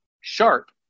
Sharp